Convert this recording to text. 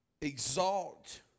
exalt